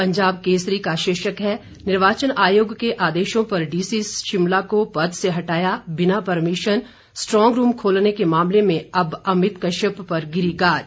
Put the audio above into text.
पंजाब केसरी का शीर्षक है निर्वाचन आयोग के आदेशों पर डीसी शिमला को पद से हटाया बिना परमिशन स्ट्रांग रूम खोलने के मामले में अब अमित कश्यप पर गिरी गाज